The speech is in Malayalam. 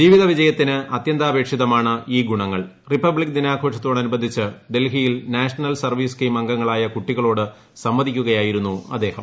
ജീവിത വിജയത്തിന് അത്യന്താപേക്ഷിതമാണ് ഈ റിപ്പബ്പിക് ദിനാഘോഷത്തോടനുബന്ധിച്ച് ഡൽഹിയിൽ നാഷണൽ സർവ്വീസ് സ്കീം അംഗങ്ങളായ കുട്ടികളോട് സംവദിക്കുകയായിരുന്നു അദ്ദേഹം